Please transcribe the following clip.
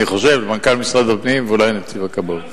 אני חושב, מנכ"ל משרד הפנים ואולי נציב הכבאות.